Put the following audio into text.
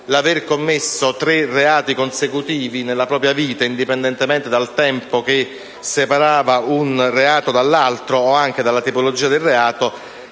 l'aver commesso tre reati consecutivi nella propria vita, indipendentemente dal tempo che separava un reato dall'altro o anche dalla tipologia di reato,